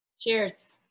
cheers